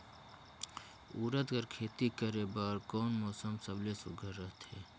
उरीद कर खेती करे बर कोन मौसम सबले सुघ्घर रहथे?